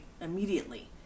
immediately